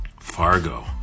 Fargo